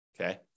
Okay